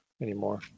anymore